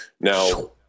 now